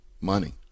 money